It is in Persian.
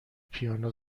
پیانو